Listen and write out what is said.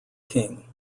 king